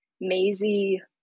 Maisie